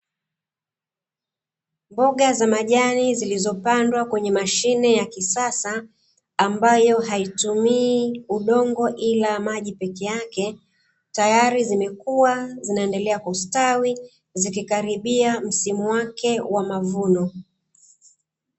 Mboga za majani zilizopandwa kwenye mashine ya kisasa, ambayo haitumii udongo ila maji peke yake, tayari zimekua, zinaendelea kustawi zikikaribia msimu wake wa mavuno.